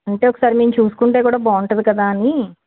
అంటే ఒకసారి మేము చూసుకుంటే కూడా బాగుంటుంది కదా అని